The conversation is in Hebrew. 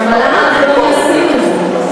אבל למה אנחנו לא מיישמים את זה?